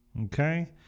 Okay